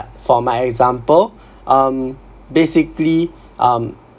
for my example um basically um